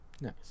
nice